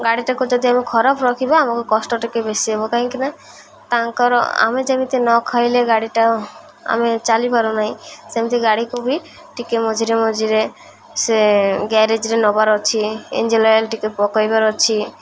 ଗାଡ଼ିଟାକୁ ଯଦି ଆମେ ଖରାପ୍ ରଖିବା ଆମକୁ କଷ୍ଟ ଟିକିଏ ବେଶୀ ହେବ କାହିଁକିନା ତାଙ୍କର ଆମେ ଯେମିତି ନ ଖାଇଲେ ଗାଡ଼ିଟା ଆମେ ଚାଲିପାରୁନାହିଁ ସେମିତି ଗାଡ଼ିକୁ ବି ଟିକିଏ ମଝିରେ ମଝିରେ ସେ ଗ୍ୟାରେଜ୍ରେ ନେବାର ଅଛି ଇଞ୍ଜିନ୍ ଅଏଲ୍ ଟିକିଏ ପକେଇବାର ଅଛି